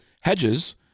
Hedges